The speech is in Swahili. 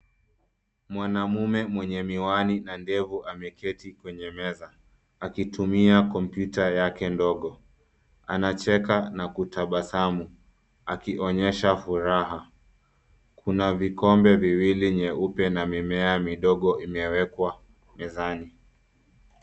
Mwanamume mwenye miwani na ndevu ameketi kwenye meza, akitumia kompyuta yake ndogo. Anacheka na kutabasamu, akionyesha furaha. Kuna vikombe viwili nyeupe na mimea midogo imewekwa mezani.